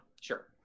Sure